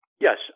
Yes